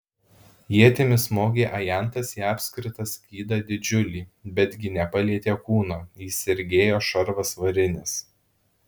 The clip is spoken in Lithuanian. ietimi smogė ajantas į apskritą skydą didžiulį betgi nepalietė kūno jį sergėjo šarvas varinis